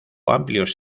amplios